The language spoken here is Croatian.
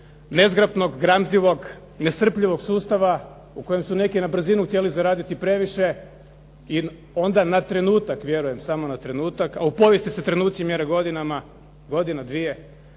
nezgrapnog, gramzivog i nestrpljivog sustava u kojem su neki na brzinu htjeli zaraditi previše i onda na trenutak, vjerujem samo na trenutak a u povijesti se trenuci mjere godinama godinu, dvije